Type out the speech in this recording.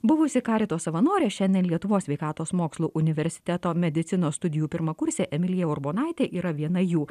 buvusi karito savanorės šiandien lietuvos sveikatos mokslų universiteto medicinos studijų pirmakursė emilija urbonaitė yra viena jų